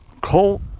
Colt